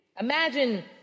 Imagine